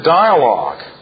dialogue